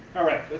alright,